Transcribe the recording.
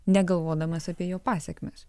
negalvodamas apie jo pasekmes